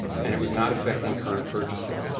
and it was not affecting current purchases.